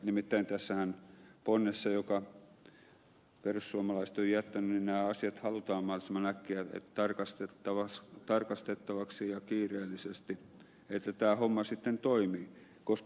nimittäin tässä ponnessahan jonka perussuomalaiset ovat jättäneet nämä asiat halutaan mahdollisimman äkkiä tarkastettavaksi ja kiireellisesti niin että tämä homma sitten toimii koska ed